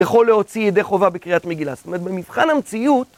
יכול להוציא ידי חובה בקריאת מגילה, זאת אומרת במבחן המציאות